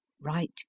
right